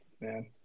man